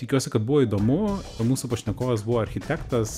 tikiuosi kad buvo įdomu o mūsų pašnekovas buvo architektas